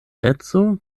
edzo